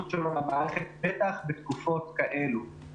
בעבר ניסו למצוא פתרונות אד-הוק למצב קיים.